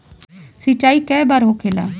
सिंचाई के बार होखेला?